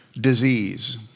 disease